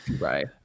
right